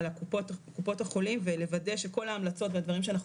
על קופות החולים ולוודא שכל ההמלצות והדברים שאנחנו